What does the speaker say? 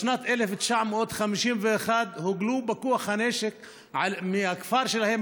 בשנת 1951 הם הוגלו בכוח הנשק מהכפר שלהם,